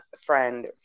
friend